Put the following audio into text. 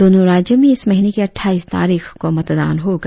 दोनों राज्यों में इस महीने की अट्ठाईस तारीख को मतदान होगा